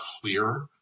clear